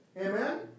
Amen